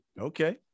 Okay